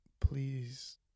please